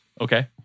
Okay